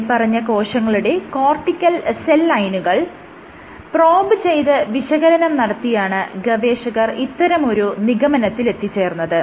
മേല്പറഞ്ഞ കോശങ്ങളുടെ cortical cell ലൈനുകൾ പ്രോബ് ചെയ്ത് വിശകലനം നടത്തിയാണ് ഗവേഷകർ ഇത്തരമൊരു നിഗമനത്തിലെത്തിച്ചേർന്നത്